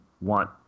want